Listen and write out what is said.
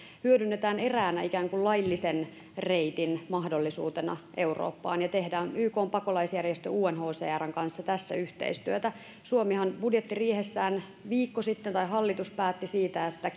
hyödynnetään eräänä ikään kuin laillisen reitin mahdollisuutena eurooppaan ja tässä tehdään ykn pakolaisjärjestö unhcrn kanssa yhteistyötä suomihan tai hallitus päätti budjettiriihessään viikko sitten siitä että